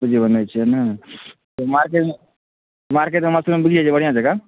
सब्जी बनैत छै नहि तऽ मार्केटमे मार्केटमे मशरूम बिकै छै बढ़िआँ जँका